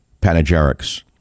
panegyrics